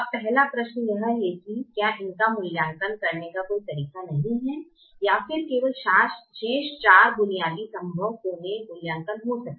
अब पहला प्रश्न यह है कि क्या इनका मूल्यांकन करने का कोई तरीका नहीं है या फिर केवल शेष चार बुनियादी संभव कॉर्नर मूल्यांकन हो सके